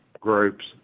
groups